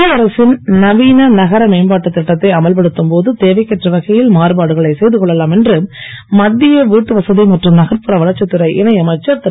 மத்திய அரசின் நவீன நகர மேம்பாட்டுத் திட்டத்தை அமல்படுத்தும் போது தேவைக்கேற்ற வகையில் மாறுபாடுகளை செய்து கொள்ளலாம் என்று மத்திய வீட்டுவசதி மற்றும் நகர்ப்புற வளர்ச்சித் துறை இணை அமைச்சர் திரு